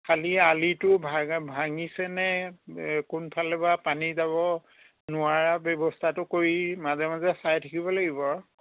খালী আলিটো ভাগা ভাঙিছে নে কোনফালে বা পানী যাব নোৱাৰা ব্যৱস্থাটো কৰি মাজে মাজে চাই থাকিব লাগিব আৰু